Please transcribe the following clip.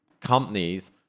companies